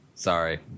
Sorry